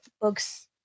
books